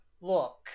Look